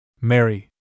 Mary